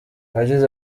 yagize